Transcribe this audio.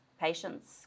patients